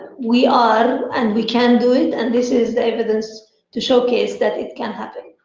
we are and we can do it and this is evidence to show case that it can happen.